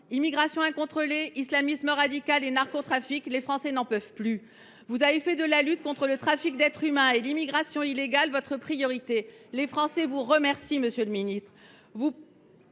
Immigration incontrôlée, islamisme radical et narcotrafic : les Français n’en peuvent plus ! Ça n’a rien à voir ! Vous avez fait de la lutte contre le trafic d’êtres humains et l’immigration illégale votre priorité : les Français vous remercient, monsieur le ministre.